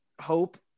Hope